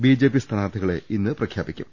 BJP സ്ഥാനാർത്ഥികളെ ഇന്ന് പ്രഖ്യാപിക്കും